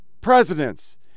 presidents